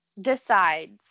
decides